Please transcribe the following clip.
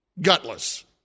gutless